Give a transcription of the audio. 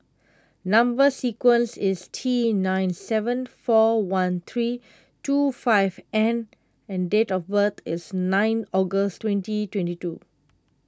Number Sequence is T nine seven four one three two five N and date of birth is nine August twenty twenty two